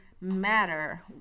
matter